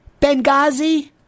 Benghazi